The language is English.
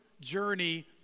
journey